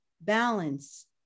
balance